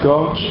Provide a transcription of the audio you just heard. God